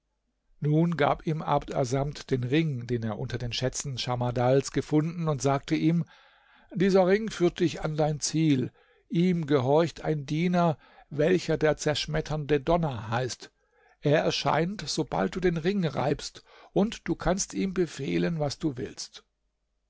nun gab ihm abd assamd den ring den er unter den schätzen schamardals gefunden und sagte ihm dieser ring führt dich an dein ziel ihm gehorcht ein diener welcher der zerschmetternde donner heißt er erscheint sobald du den ring reibst und du kannst ihm befehlen was du willst